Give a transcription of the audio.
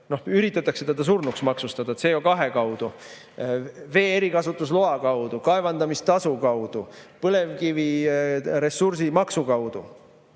üritatakse teda surnuks maksustada CO2kaudu, küll vee erikasutusloa kaudu, kaevandamistasu kaudu, põlevkivi ressursimaksu kaudu.